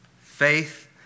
faith